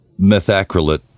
methacrylate